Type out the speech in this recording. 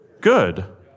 good